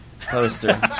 poster